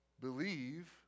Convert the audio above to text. believe